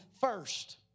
first